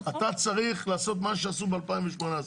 אתה צריך לעשות מה שעשו ב-2018.